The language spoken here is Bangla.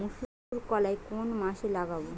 মুসুরকলাই কোন মাসে লাগাব?